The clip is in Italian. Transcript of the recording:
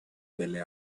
belle